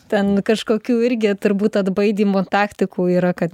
ten kažkokių irgi turbūt atbaidymo taktikų yra kad